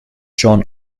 john